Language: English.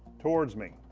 towards me.